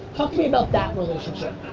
talk to me about that relationship.